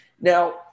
Now